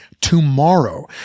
tomorrow